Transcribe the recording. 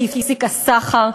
כי נפסק הסחר.